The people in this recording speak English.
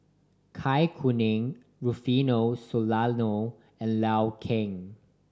Zai Kuning Rufino Soliano and Liu Kang